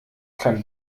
kann